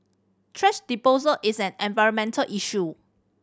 thrash disposal is an environmental issue